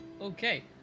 Okay